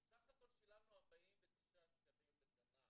כי סך הכל שילמנו 49 שקלים בשנה.